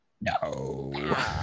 No